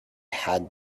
had